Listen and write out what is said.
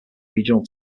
regional